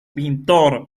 pintor